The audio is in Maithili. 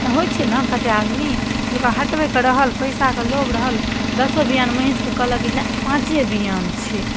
होइ छै ने कते आदमी जे ओकरा हटबैके रहल पैसाके लोभ रहल दसो बियान महीषके कहलक कि नहि पाँचे बियान छै